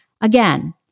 Again